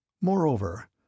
Moreover